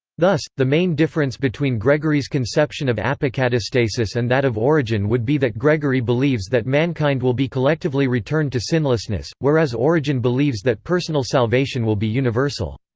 thus, the main difference between gregory's conception of apokatastasis and that of origen would be that gregory believes that mankind will be collectively returned to sinlessness, whereas origen believes that personal salvation will be universal.